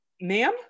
ma'am